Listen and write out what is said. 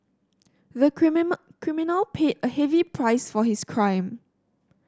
the criminal paid a heavy price for his crime